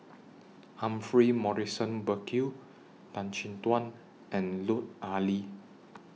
Humphrey Morrison Burkill Tan Chin Tuan and Lut Ali